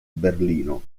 berlino